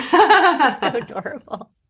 adorable